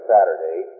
Saturday